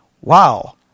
Wow